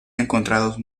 encontrados